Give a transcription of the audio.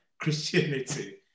Christianity